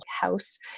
house